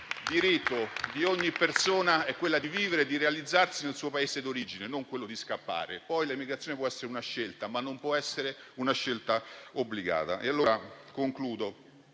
diritto di ogni persona è quello di vivere e di realizzarsi nel proprio Paese d'origine, non quello di scappare. L'emigrazione poi può essere una scelta, ma non dev'essere una scelta obbligata.